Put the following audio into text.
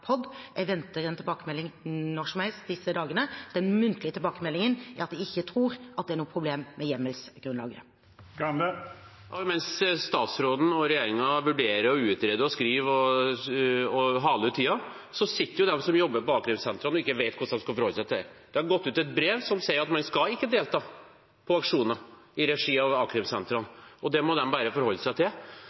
en tilbakemelding når som helst disse dagene. Den muntlige tilbakemeldingen er at de ikke tror at det er noe problem med hjemmelsgrunnlaget. Mens statsråden og regjeringen vurderer og utreder og skriver og haler ut tiden, vet ikke de som jobber på a-krimsentrene, hvordan de skal forholde seg til dette. Det har gått ut et brev som sier at politiet ikke skal delta i aksjoner i regi av a-krimsentrene, og det må de bare forholde seg til.